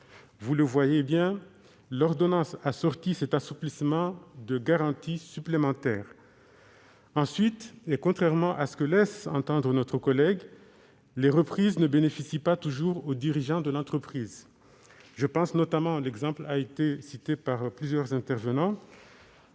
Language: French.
collègues, que l'ordonnance assortit cet assouplissement de garanties supplémentaires. Ensuite, et contrairement à ce que laisse entendre notre collègue, les reprises ne bénéficient pas toujours aux dirigeants de l'entreprise. Je pense notamment à l'entreprise Camaïeu- citée par plusieurs orateurs